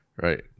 right